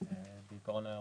תצטער.